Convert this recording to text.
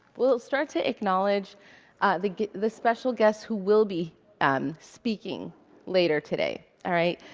we'll start to acknowledge the the special guests who will be um speaking later today. all right?